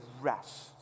rest